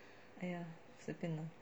!aiya! 随便 lah